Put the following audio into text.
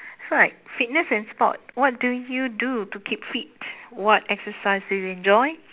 so like fitness and sport what do you do to keep fit what exercise do you enjoy